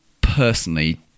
personally